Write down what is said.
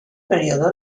periodo